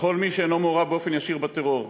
בכל מי שאינו מעורב באופן ישיר בטרור.